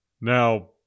Now